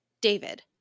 David